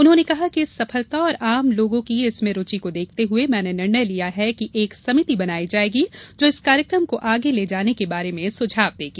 उन्होंने कहा कि इस सफलता और आम लोगों की इसमें रूचि को देखते हुए मैंने निर्णय लिया है कि एक समिति बनाई जायेगी जो इस कार्यक्रम को आगे ले जाने के बारे में सुझाव देगी